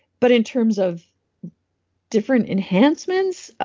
but in terms of different enhancements,